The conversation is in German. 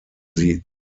sie